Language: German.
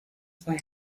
zwei